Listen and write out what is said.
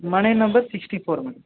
ಮನೆ number sixty four madam